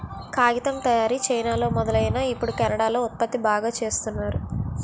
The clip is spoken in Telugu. కాగితం తయారీ చైనాలో మొదలైనా ఇప్పుడు కెనడా లో ఉత్పత్తి బాగా చేస్తున్నారు